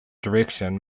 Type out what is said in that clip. direction